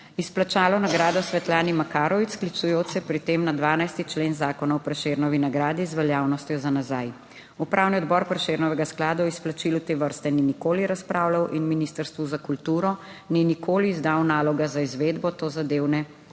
izplačalo nagrado Svetlani Makarovič, sklicujoč se pri tem na 12. člen zakona o Prešernovi nagradi z veljavnostjo za nazaj. Upravni odbor Prešernovega sklada o izplačilu te vrste ni nikoli razpravljal in ministrstvu za kulturo ni nikoli izdal nalog za izvedbo tozadevne